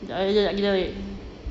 jap eh jap umi